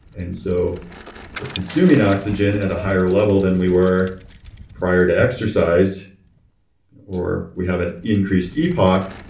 and so we're consuming oxygen at a higher level than we were prior to exercise or we haven't increased epoc.